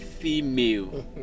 female